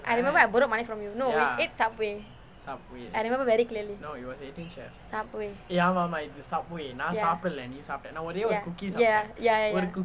I remember I borrowed money from you no it's Subway I remember very clearly Subway ya ya ya ya ya